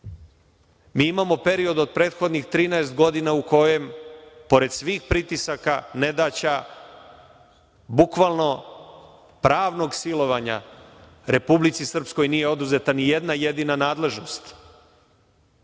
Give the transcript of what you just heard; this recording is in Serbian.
mi imamo period od prethodnih 13 godina u kojem, pored svih pritisaka, nedaća, bukvalno pravnog silovanja, Republici Srpskoj nije oduzeta ni jedna jedina nadležnost.